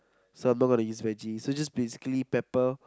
so I'm not gonna use vege so just basically pepper